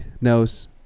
knows